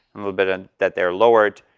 a little bit and that they're lowered,